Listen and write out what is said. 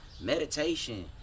meditation